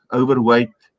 overweight